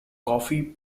coffee